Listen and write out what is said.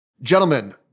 Gentlemen